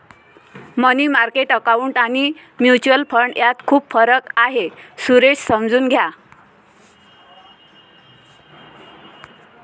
मनी market account आणि mutual fund यात खूप फरक आहे, सुरेश समजून घ्या